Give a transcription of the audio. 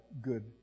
good